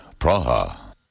Praha